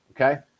Okay